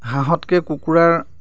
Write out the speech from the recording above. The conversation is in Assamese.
হাঁহতকৈ কুকুৰাৰ